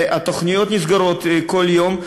ותוכניות נסגרות כל יום.